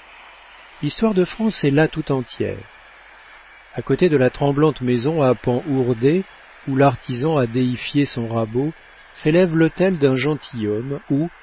l'histoire de france est là tout entière a côté de la tremblante maison à pans hourdés où l'artisan a déifié son rabot s'élève l'hôtel d'un gentilhomme où